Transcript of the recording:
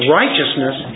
righteousness